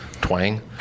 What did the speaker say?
twang